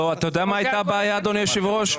אתה יודע מה הייתה הבעיה אדוני היושב ראש?